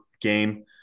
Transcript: game